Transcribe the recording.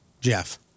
Jeff